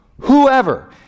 whoever